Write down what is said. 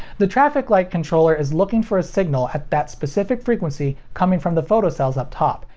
the traffic light controller is looking for a signal at that specific frequency coming from the photocells up top,